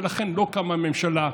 ולכן לא קמה ממשלה.